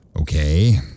Okay